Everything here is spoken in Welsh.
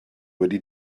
wedi